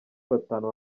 batanu